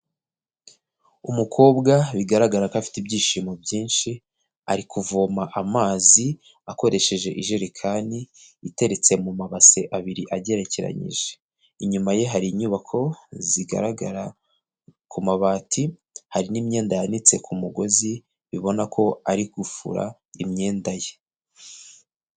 Umukobwa bigaragara ko afite ibyishimo byinshi, ari kuvoma amazi akoresheje ijerekani iteretse mu mabase abiri agerekeranyije. Inyuma ye hari inyubako zigaragara ku mabati, hari n'imyenda yanitse ku mugozi, ubona ko ari gufura imyenda ye.